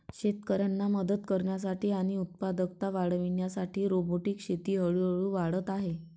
शेतकऱ्यांना मदत करण्यासाठी आणि उत्पादकता वाढविण्यासाठी रोबोटिक शेती हळूहळू वाढत आहे